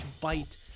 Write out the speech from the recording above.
bite